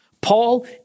Paul